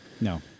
No